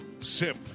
sip